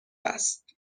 است